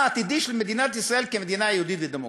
העתידי של מדינת ישראל כמדינה יהודית ודמוקרטית.